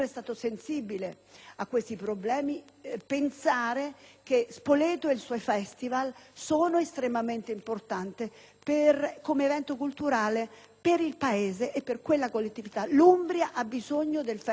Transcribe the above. a questi problemi, pensare che Spoleto e il suo Festival sono estremamente importanti come evento culturale per il Paese e per quella collettività. L'Umbria ha bisogno del Festival dei Due Mondi.